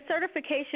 certification